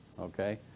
Okay